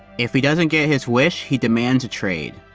if he doesn't get his wish, he demands a trade.